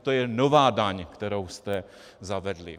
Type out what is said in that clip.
To je nová daň, kterou jste zavedli.